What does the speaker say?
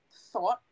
thought